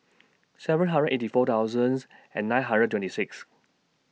seven hundred eighty four thousands and nine hundred twenty six